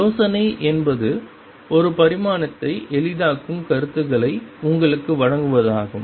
யோசனை என்பது ஒரு பரிமாணத்தை எளிதாக்கும் கருத்துக்களை உங்களுக்கு வழங்குவதாகும்